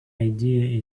idea